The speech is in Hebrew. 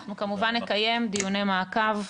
אנחנו כמובן נקיים דיוני מעקב.